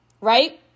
right